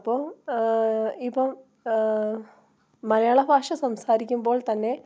അപ്പം ഇപ്പം മലയാള ഭാഷ സംസാരിക്കുമ്പോൾ തന്നെ